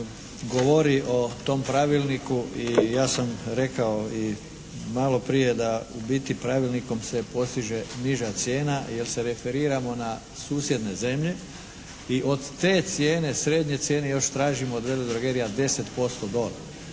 govori o tom pravilniku i ja sam rekao i malo prije da u biti pravilnikom se postiže niža cijena jer se referiramo na susjedne zemlje i od te cijene, srednje cijene još tražimo od veledrogerija 10% dole.